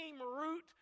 root